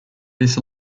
this